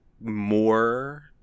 more